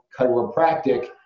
chiropractic